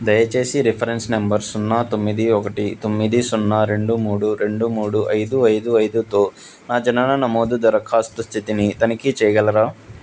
దయచేసి reference number సున్నా తొమ్మిది ఒకటి తొమ్మిది సున్నా రెండు మూడు రెండు మూడు ఐదు ఐదు ఐదుతో నా జనన నమోదు దరఖాస్తు స్థితిని తనిఖీ చేయగలరా